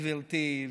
גברתי,